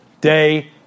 day